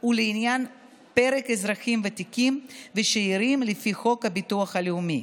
ולעניין פרק אזרחים ותיקים ושאירים לפי חוק הביטוח הלאומי.